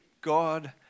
God